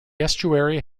estuary